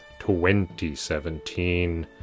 2017